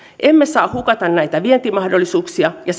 emme saa hukata näitä vientimahdollisuuksia ja